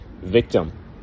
Victim